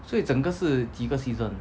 所以整个是几个 season